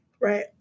Right